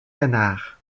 canard